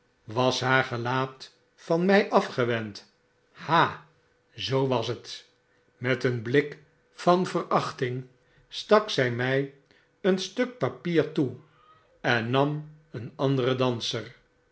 was haar gelaat van my afgewend ha zoo was het meteenblik van verachting stak zy my een stuk papier toe en nam een anderen danser